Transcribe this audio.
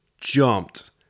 jumped